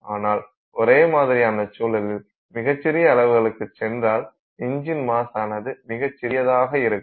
ஆனால் ஒரே மாதிரியான சூழலில் மிகச்சிறிய அளவுகளுக்குச் சென்றால் இஞ்சின் மாஸ் ஆனது மிகச்சிறியதாக இருக்கும்